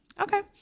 Okay